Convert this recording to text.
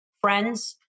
friends